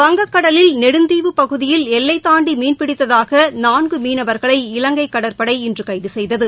வங்கக்கடலில் நெடுந்தீவுப் பகுதியில் எல்லைதாண்டிமீன்பிடித்ததாகநான்குமீனவர்களை இலங்கைகடற்படை இன்றுகைதுசெய்தது